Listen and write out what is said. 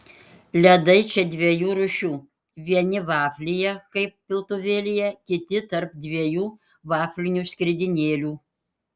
ledai čia dviejų rūšių vieni vaflyje kaip piltuvėlyje kiti tarp dviejų vaflinių skridinėlių